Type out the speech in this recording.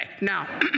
Now